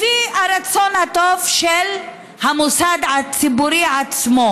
לפי הרצון הטוב של המוסד הציבורי עצמו